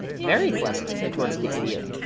very clever, retorted the idiot,